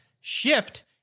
Shift